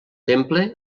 temple